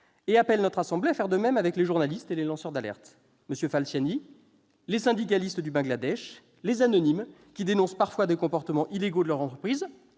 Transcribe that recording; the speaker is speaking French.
et appelle notre assemblée à faire de même avec les journalistes et les lanceurs d'alerte. M. Falciani, les syndicalistes du Bangladesh, les anonymes qui dénoncent parfois les comportements illégaux de leur entreprise,